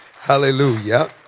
Hallelujah